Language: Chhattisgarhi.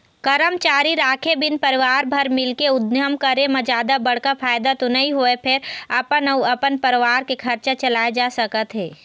करमचारी राखे बिन परवार भर मिलके उद्यम करे म जादा बड़का फायदा तो नइ होवय फेर अपन अउ अपन परवार के खरचा चलाए जा सकत हे